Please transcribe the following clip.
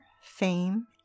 Fame